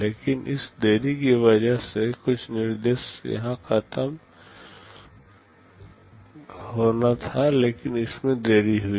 लेकिन इस देरी की वजह से यह निर्देश यहां खत्म होना था लेकिन इसमें देरी हुई